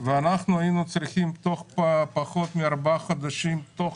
אני לא רוצה רק את מקבצי הדיור --- גם בשביל הזוגות הצעירים.